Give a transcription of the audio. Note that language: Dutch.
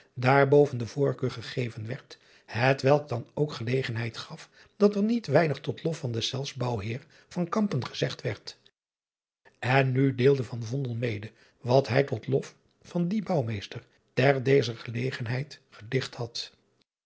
daarboven de voorkeur gegeven werd het welk dan ook gelegenhed gaf dat er niet weinig tot lof van deszelfs bouwheer gezegd werd en nu deelde mede wat hij tot lof van dien ouwmeester ter dezer gelgenheid gedicht had